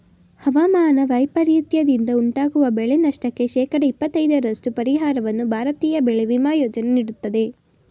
ಹವಾಮಾನ ವೈಪರೀತ್ಯದಿಂದ ಉಂಟಾಗುವ ಬೆಳೆನಷ್ಟಕ್ಕೆ ಶೇಕಡ ಇಪ್ಪತೈದರಷ್ಟು ಪರಿಹಾರವನ್ನು ಭಾರತೀಯ ಬೆಳೆ ವಿಮಾ ಯೋಜನೆ ನೀಡುತ್ತದೆ